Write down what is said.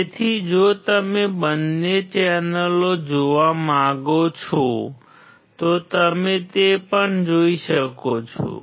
તેથી જો તમે બંને ચેનલો જોવા માંગો છો તો તમે તે પણ જોઈ શકો છો